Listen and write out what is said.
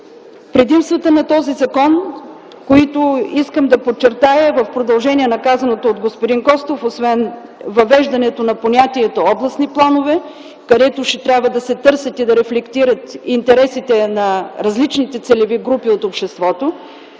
Предимствата на този закон са, които искам да подчертая, в продължение на казаното от господин Костов, освен въвеждането на понятието „областни планове”, където ще трябва да се търсят и да рефлектират интересите на различните целеви групи от обществото.